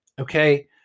okay